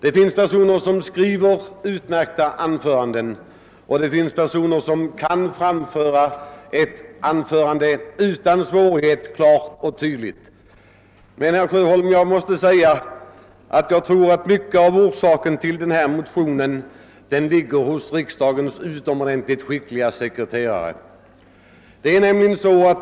En del skriver utmärkta anföranden, medan andra utan svårighet kan tala utan manuskript och göra det klart och tydligt. Men, herr Sjöholm, anledningen till motionen kanske ligger i det förhållandet att riksdagen har utomordentligt skickliga sekreterare.